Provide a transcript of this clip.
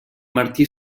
martí